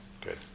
good